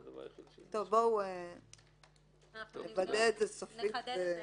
טוב, נוודא את זה סופית.